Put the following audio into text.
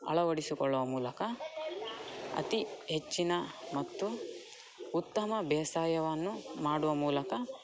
ಅಳವಡಿಸಿಕೊಳ್ಳುವ ಮೂಲಕ ಅತೀ ಹೆಚ್ಚಿನ ಮತ್ತು ಉತ್ತಮ ಬೇಸಾಯವನ್ನು ಮಾಡುವ ಮೂಲಕ